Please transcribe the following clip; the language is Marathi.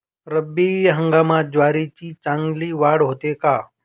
रब्बी हंगामात ज्वारीची चांगली वाढ होते का?